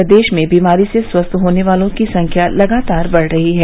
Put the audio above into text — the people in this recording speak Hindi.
प्रदेश में बीमारी से स्वस्थ होने वालों की संख्या लगातार बढ़ रही है